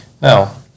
Now